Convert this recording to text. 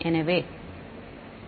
மாணவர் φ 0 ஆக இருக்கும் சரி